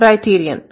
criterion